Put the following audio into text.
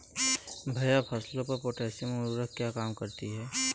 भैया फसलों पर पोटैशियम उर्वरक क्या काम करती है?